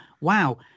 wow